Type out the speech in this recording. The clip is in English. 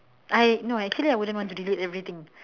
I no actually I wouldn't want to delete everything